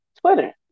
Twitter